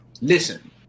Listen